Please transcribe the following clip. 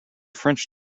french